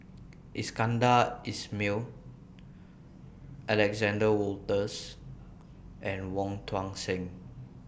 Iskandar Ismail Alexander Wolters and Wong Tuang Seng